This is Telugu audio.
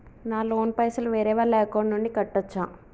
నా లోన్ పైసలు వేరే వాళ్ల అకౌంట్ నుండి కట్టచ్చా?